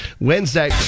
Wednesday